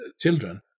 children